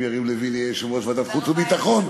אם יריב לוין יהיה יושב-ראש ועדת החוץ והביטחון,